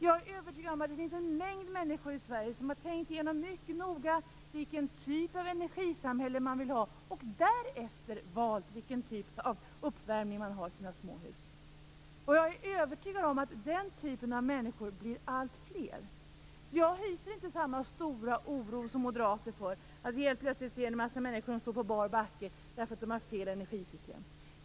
Jag är övertygad om att det finns en mängd människor i Sverige som mycket noga har tänkt igenom vilken typ av energisamhälle de vill ha och därefter valt vilken typ av uppvärmning som de skall ha i sina småhus. Jag är övertygad om att den typen av människor blir alltfler. Jag hyser inte samma stora oro som moderater för att vi helt plötsligt får se en massa människor som står på bar backe därför att de har fel energisystem.